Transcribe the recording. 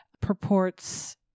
purports